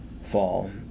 fall